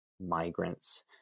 migrants